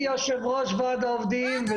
אני יושב-ראש ועד העובדים.